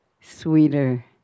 sweeter